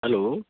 hello